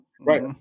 Right